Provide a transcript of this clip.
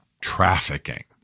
trafficking